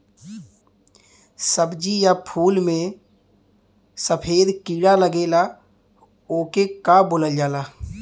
सब्ज़ी या फुल में सफेद कीड़ा लगेला ओके का बोलल जाला?